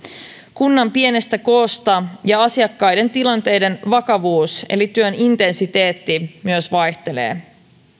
kunnan pienestä koosta ja asiakkaiden tilanteiden vakavuus eli työn intensiteetti myös vaihtelee